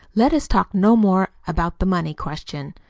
let us talk no more about the money question.